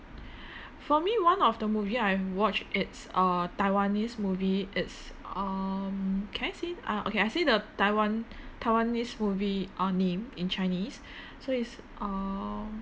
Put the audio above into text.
for me one of the movie I've watch it's a taiwanese movie it's um can I say ah okay I see the taiwan taiwanese movie uh name in chinese so it's err